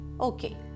Okay